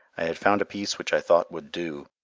i had found a piece which i thought would do,